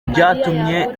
byatumye